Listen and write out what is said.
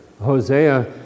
Hosea